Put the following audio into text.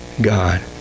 God